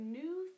new